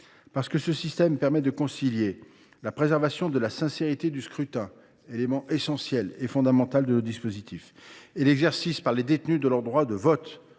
Parce que ce système permet de concilier la préservation de la sincérité du scrutin, laquelle est fondamentale, et l’exercice par les détenus de leur droit de vote,